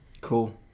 Cool